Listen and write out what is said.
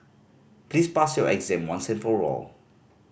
please pass your exam once and for all